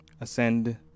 ascend